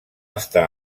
està